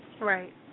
Right